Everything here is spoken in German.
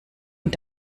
und